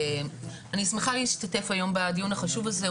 אני שמחה להשתתף היום בדיון החשוב הזה,